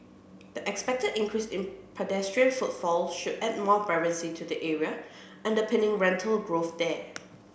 the expected increase in pedestrian footfall should add more vibrancy to the area underpinning rental growth there